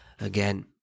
again